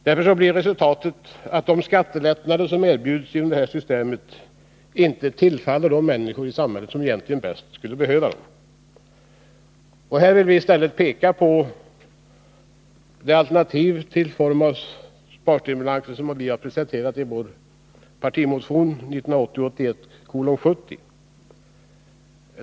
Därför blir resultatet att de skattelättnader som erbjuds genom detta system inte tillfaller de människor som egentligen bäst skulle behöva dem. Vi vill i stället peka på den alternativa form av sparstimulanser som presenterats i den socialdemokratiska partimotionen 1980/81:71.